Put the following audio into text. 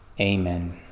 Amen